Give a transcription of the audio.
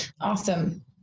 awesome